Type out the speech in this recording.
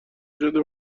شده